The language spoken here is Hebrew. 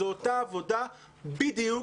זו אותה עבודה בדיוק.